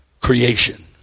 creation